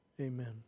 Amen